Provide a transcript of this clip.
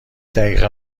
دقیقه